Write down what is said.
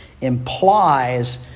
implies